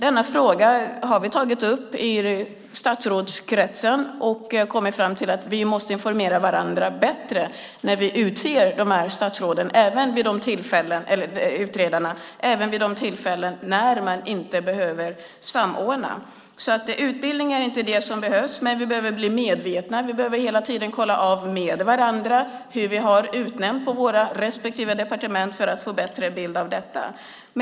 Denna fråga har vi tagit upp i statsrådskretsen och kommit fram till att vi måste informera varandra bättre när vi utser utredarna, även vid de tillfällen när man inte behöver samordna. Utbildning är inte det som behövs, men vi behöver bli medvetna. Vi behöver hela tiden kolla av med varandra hur vi har utnämnt på våra respektive departement för att få en bättre bild av detta.